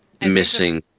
Missing